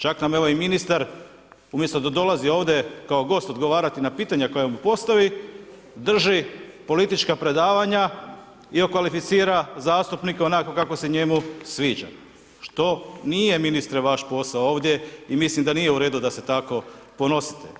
Čak nam je evo i ministar umjesto da dolazi ovdje kao gost odgovarati na pitanja koja mu postavi, drži politička predavanja i okvalificira zastupnike onako kako se njemu sviđa što nije ministre vaš posao ovdje i mislim da nije u redu da se tako ponosite.